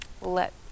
let